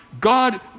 God